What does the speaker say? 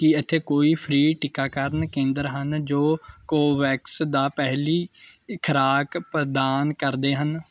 ਕੀ ਇੱਥੇ ਕੋਈ ਫ੍ਰੀ ਟੀਕਾਕਰਨ ਕੇਂਦਰ ਹਨ ਜੋ ਕੋਵੋਵੈਕਸ ਦਾ ਪਹਿਲੀ ਖੁਰਾਕ ਪ੍ਰਦਾਨ ਕਰਦੇ ਹਨ